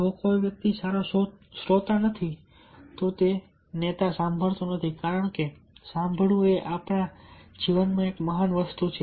જો કોઈ વ્યક્તિ સારો શ્રોતા નથી જો નેતા સાંભળતો નથી કારણ કે સાંભળવું એ આપણા જીવનમાં એક મહાન વસ્તુ છે